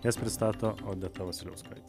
jas pristato odeta vasiliauskaitė